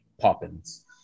Poppins